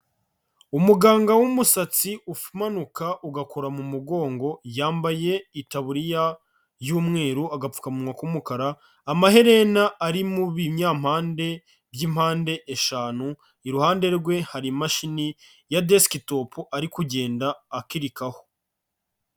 Umuganga w'umusatsi umanuka ugakora mu mugongo, yambaye itaburiya y'umweru, agapfukamunwa k'umukara, amaherena ari mu binyampande by'impande eshanu, iruhande rwe hari imashini ya desktop ari kugenda akirikaho.